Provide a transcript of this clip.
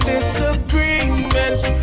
Disagreements